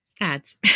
ads